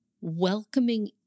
welcoming